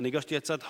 הגשתי הצעת חוק,